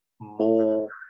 more